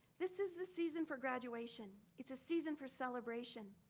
this is the season for graduation. it's a season for celebration.